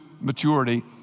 maturity